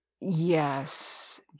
Yes